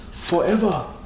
Forever